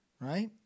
Right